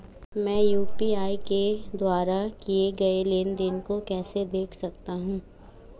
मैं यू.पी.आई के द्वारा किए गए लेनदेन को कैसे देख सकता हूं?